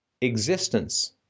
existence